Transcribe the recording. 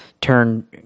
turn